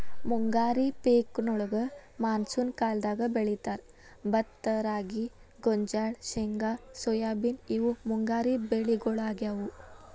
ಮುಂಗಾರಿ ಪೇಕಗೋಳ್ನ ಮಾನ್ಸೂನ್ ಕಾಲದಾಗ ಬೆಳೇತಾರ, ಭತ್ತ ರಾಗಿ, ಗೋಂಜಾಳ, ಶೇಂಗಾ ಸೋಯಾಬೇನ್ ಇವು ಮುಂಗಾರಿ ಬೆಳಿಗೊಳಾಗ್ಯಾವು